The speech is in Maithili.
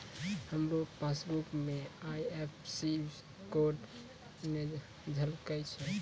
हमरो पासबुक मे आई.एफ.एस.सी कोड नै झलकै छै